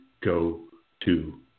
go-to